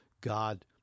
God